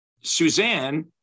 Suzanne